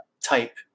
type